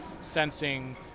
sensing